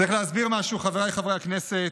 צריך להסביר משהו, חבריי חברי הכנסת,